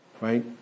Right